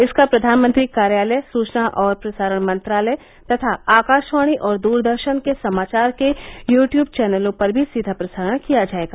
इसका प्रधानमंत्री कार्यालय सूचना और प्रसारण मंत्रालय तथा आकाशवाणी और दूरदर्शन समाचार के यू ट्यूब चैनलों पर भी सीधा प्रसारण किया जाएगा